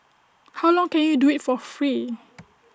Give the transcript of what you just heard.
how long can you do IT for free